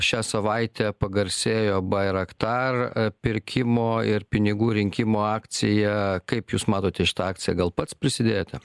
šią savaitę pagarsėjo bairaktar pirkimo ir pinigų rinkimo akcija kaip jūs matote šitą akciją gal pats prisidėjote